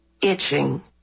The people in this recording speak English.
itching